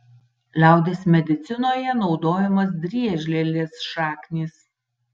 liaudies medicinoje naudojamos driežlielės šaknys